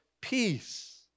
peace